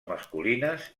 masculines